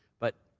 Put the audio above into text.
but,